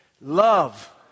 love